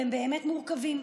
והן באמת מורכבות.